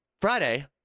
Friday